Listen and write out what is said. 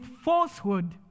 falsehood